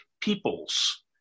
peoples